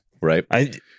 Right